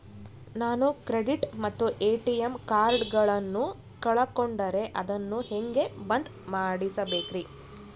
ನಾನು ಕ್ರೆಡಿಟ್ ಮತ್ತ ಎ.ಟಿ.ಎಂ ಕಾರ್ಡಗಳನ್ನು ಕಳಕೊಂಡರೆ ಅದನ್ನು ಹೆಂಗೆ ಬಂದ್ ಮಾಡಿಸಬೇಕ್ರಿ?